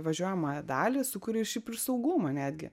važiuojamąją dalį sukuria ir šiaip ir saugumą netgi